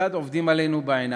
כיצד עובדים עלינו בעיניים: